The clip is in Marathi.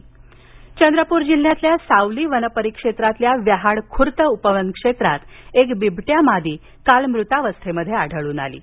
चंद्रपूर चंद्रपूर जिल्ह्यातील सावली वनपरिक्षेत्रातील व्याहाड खूर्द उपवन क्षेत्रात एक बिबटया मादी मृतावस्थेत आढळून आली आहे